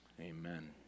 amen